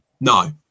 no